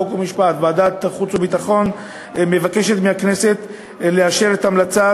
חוק ומשפט וועדת החוץ והביטחון מבקשת מהכנסת לאשר את המלצת